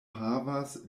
havas